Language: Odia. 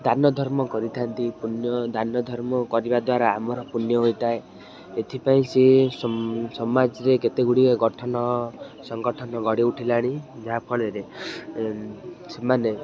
ଦାନଧର୍ମ କରିଥାନ୍ତି ପୁଣ୍ୟ ଦାନ ଧର୍ମ କରିବା ଦ୍ୱାରା ଆମର ପୁଣ୍ୟ ହୋଇଥାଏ ଏଥିପାଇଁ ସେ ସମାଜରେ କେତେ ଗୁଡ଼ିଏ ଗଠନ ସଂଗଠନ ଗଢ଼ି ଉଠିଲାଣି ଯାହାଫଳରେ ସେମାନେ